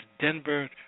Denver